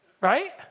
Right